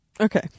okay